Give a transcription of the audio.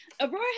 Aurora